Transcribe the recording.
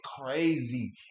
crazy